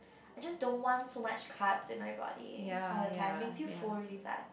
I just don't want so much carbs in my body all the time makes you full really fast